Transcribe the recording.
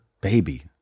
baby